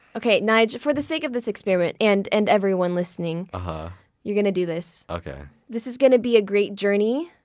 okay, nyge, for the sake of this experiment and and everyone listening, um ah you're gonna do this okay this is gonna be a great journey.